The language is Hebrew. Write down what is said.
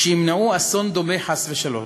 שימנעו אסון דומה, חס ושלום.